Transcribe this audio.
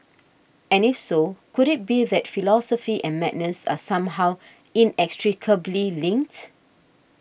and if so could it be that philosophy and madness are somehow inextricably linked